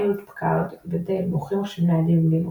היולט-פקארד ודל מוכרים מחשבים ניידים עם לינוקס,